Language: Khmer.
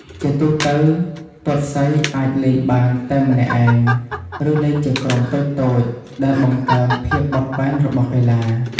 ជាទូទៅ ទាត់សីអាចលេងបានតែម្នាក់ឯង ឬលេងជាក្រុមតូចៗ ដែលបង្កើនភាពបត់បែនរបស់កីឡា។